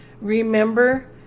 remember